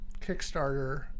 Kickstarter